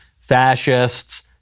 fascists